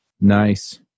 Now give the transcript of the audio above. Nice